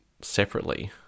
separately